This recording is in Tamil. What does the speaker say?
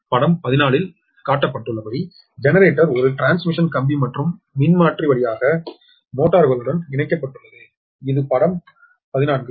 படம் 14 இல் காட்டப்பட்டுள்ளபடி ஜெனரேட்டர் ஒரு டிரான்ஸ்மிஷன் கம்பி மற்றும் மின்மாற்றி வழியாக மோட்டார்களுடன் இணைக்கப்பட்டுள்ளது இது படம் 14